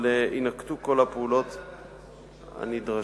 אבל יינקטו כל הפעולות הנדרשות,